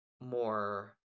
more